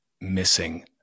missing